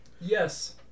yes